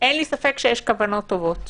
שיש כוונות טובת,